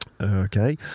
Okay